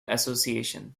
association